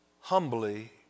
Humbly